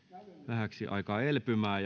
vähäksi aikaa elpymään